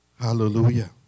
Hallelujah